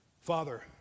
Father